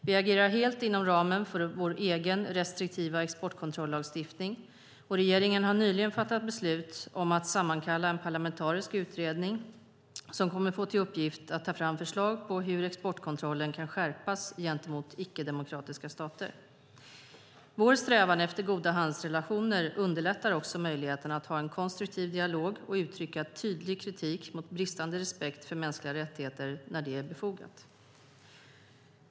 Vi agerar helt inom ramen för vår egen restriktiva exportkontrollagstiftning, och regeringen har nyligen fattat beslut om att sammankalla en parlamentarisk utredning som kommer att få till uppgift att ta fram förslag på hur exportkontrollen kan skärpas gentemot icke-demokratiska stater. Vår strävan efter goda handelsrelationer underlättar också möjligheterna att ha en konstruktiv dialog och uttrycka tydlig kritik mot bristande respekt för mänskliga rättigheter när det är befogat.